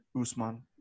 Usman